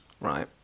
Right